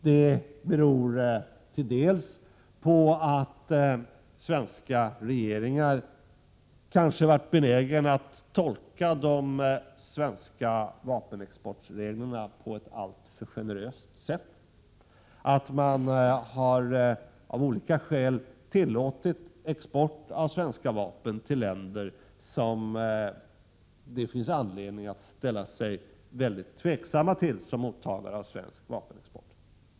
Det beror delvis på att svenska regeringar kanske har varit benägna att tolka de svenska vapenexportreglerna alltför generöst. Av olika skäl har vi tillåtit export av svenska vapen till länder som vi borde ställa oss mycket tveksamma till som mottagare av svensk vapenexport.